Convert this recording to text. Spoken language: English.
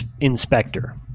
inspector